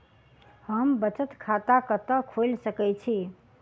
हम बचत खाता कतऽ खोलि सकै छी?